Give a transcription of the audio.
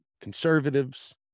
conservatives